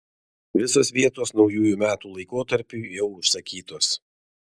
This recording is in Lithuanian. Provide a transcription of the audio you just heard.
visos vietos naujųjų metų laikotarpiui jau užsakytos